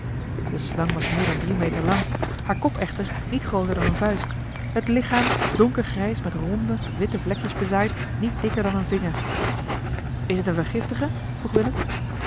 de slang was meer dan drie meter lang haar kop echter niet grooter dan eene vuist het lichaam donkergrijs met ronde witte vlekjes bezaaid niet dikker dan een vinger is t een vergiftige vroeg willem